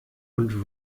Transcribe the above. und